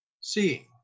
seeing